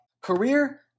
career